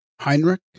Heinrich